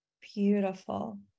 Beautiful